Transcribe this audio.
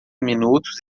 minutos